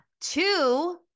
two